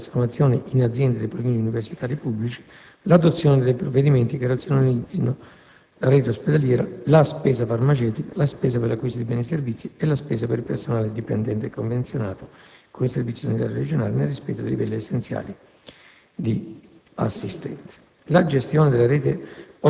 analitica per centri di costo e il controllo di gestione; il completamento della trasformazione in aziende dei policlinici universitari pubblici; l'adozione dei provvedimenti che razionalizzino la rete ospedaliera, la spesa farmaceutica, la spesa per l'acquisto di beni e servizi, e la spesa per il personale dipendente e convenzionato con il Servizio sanitario regionale, nel rispetto dei livelli essenziali